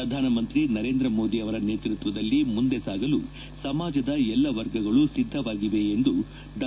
ಪ್ರಧಾನಮಂತ್ರಿ ನರೇಂದ್ರ ಮೋದಿ ಅವರ ನೇತೃತ್ವದಲ್ಲಿ ಮುಂದೆ ಸಾಗಲು ಸಮಾಜದ ಎಲ್ಲ ವರ್ಗಗಳು ಸಿದ್ದವಾಗಿವೆ ಎಂದು ಡಾ